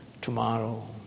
tomorrow